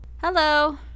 Hello